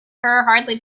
hardly